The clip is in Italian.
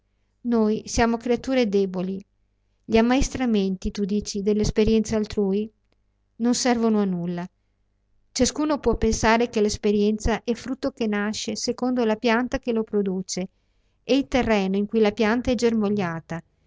noi siamo deboli creature gli ammaestramenti tu dici dell'esperienza altrui non servono a nulla ciascuno può pensare che l'esperienza è frutto che nasce secondo la pianta che lo produce e il terreno in cui la pianta è germogliata